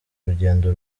urugendo